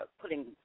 putting